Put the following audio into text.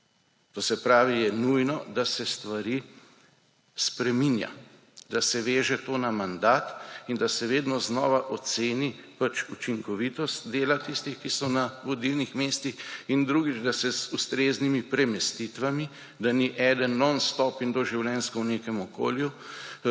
To se pravi, je nujno, da se stvari spreminja, da se veže to na mandat in da se vedno znova oceni učinkovitost dela tistih, ki so na vodilnih mestih, in drugič, da se z ustreznimi premestitvami, da ni eden nonstop in doživljenjsko v nekem okolju,